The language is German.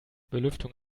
belüftung